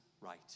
right